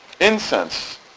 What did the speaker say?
incense